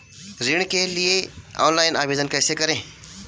ऋण के लिए ऑनलाइन आवेदन कैसे करें?